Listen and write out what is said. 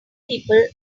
people